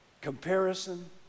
comparison